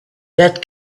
that